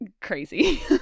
crazy